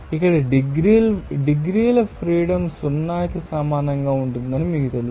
ఇక్కడ డిగ్రీల ఫ్రీడమ్ 0 కి సమానంగా ఉంటుందని మీకు తెలుసు